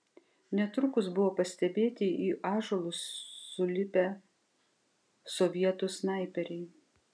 netrukus buvo pastebėti į ąžuolus sulipę sovietų snaiperiai